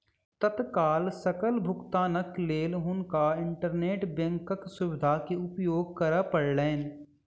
तत्काल सकल भुगतानक लेल हुनका इंटरनेट बैंकक सुविधा के उपयोग करअ पड़लैन